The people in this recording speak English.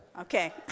Okay